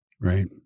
Right